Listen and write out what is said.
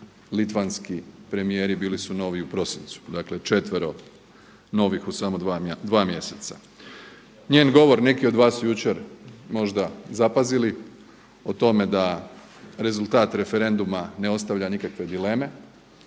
litvanski premijeri bili su novi u prosincu, dakle četvero novih u samo dva mjeseca. Njen govor, neki od vas su jučer možda zapazili o tome da rezultat referenduma ne ostavlja nikakve dileme.